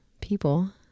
people